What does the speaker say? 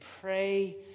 pray